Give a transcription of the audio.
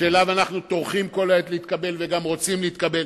שאליו אנחנו טורחים כל העת להתקבל וגם רוצים להתקבל.